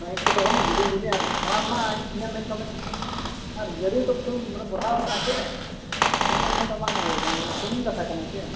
bike ᱠᱚᱫᱚ ᱵᱟᱝ ᱡᱤᱞᱤᱧ ᱡᱤᱞᱤᱧ ᱟᱜ ᱟᱨ ᱚᱱᱟ ᱨᱮᱱᱟᱜ ᱤᱧᱟᱹᱜ ᱢᱮᱱ ᱛᱮ ᱚᱸᱰᱮ ᱟᱨ ᱜᱟᱹᱰᱤ ᱱᱤᱛᱚᱜ ᱥᱩᱠ ᱢᱟᱱᱮ ᱵᱟᱲᱦᱟᱣ ᱠᱟᱱᱟᱭ ᱥᱮ ᱤᱧᱟᱹᱜ ᱢᱮᱱ ᱛᱮᱦᱚᱸ ᱵᱟᱝ ᱜᱟᱱᱚᱜ ᱠᱟᱱᱟ ᱥᱩᱱᱩᱢ ᱫᱟᱠᱟ ᱠᱟᱱᱟ ᱥᱮ